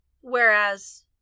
Whereas